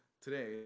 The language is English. today